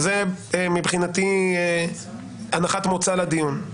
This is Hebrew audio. מבחינתי זאת הנחת מוצא לדיון.